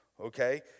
okay